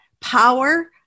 power